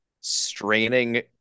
straining